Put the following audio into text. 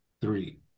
three